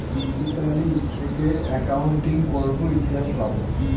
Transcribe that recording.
Italy থেকে accounting করাবো ইতিহাস পাবো